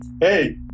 Hey